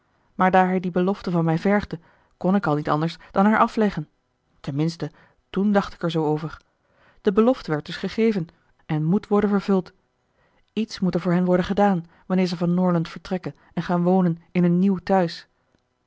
maar daar hij die belofte van mij vergde kon ik al niet anders dan haar afleggen ten minste toen dacht ik er zoo over de belofte werd dus gegeven en moet worden vervuld iets moet er voor hen worden gedaan wanneer ze van norland vertrekken en gaan wonen in hun nieuw tehuis